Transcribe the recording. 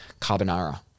carbonara